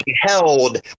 held